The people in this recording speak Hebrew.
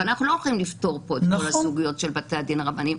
אבל אנחנו לא יכולים לפתור פה את כל הסוגיות של בתי הדין הרבניים.